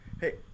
Hey